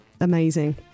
Amazing